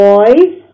Boys